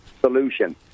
solution